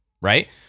Right